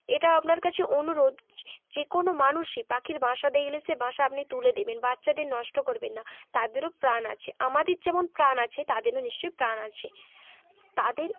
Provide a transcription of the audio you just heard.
এটা আপনার কাছে অনুরোধ যে কোনো মানুষই পাখির বাসা দেখলে সে বাসা আপনি তুলে দেবেন বাচ্চাদের নষ্ট করবেন না তাদেরও প্রাণ আছে আমাদের যেমন প্রাণ আছে তাদেরও নিশ্চয়ই প্রাণ আছে তাদের